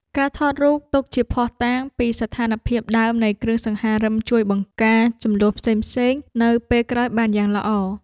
ការថតរូបទុកជាភស្តុតាងពីស្ថានភាពដើមនៃគ្រឿងសង្ហារិមជួយបង្ការជម្លោះផ្សេងៗនៅពេលក្រោយបានយ៉ាងល្អ។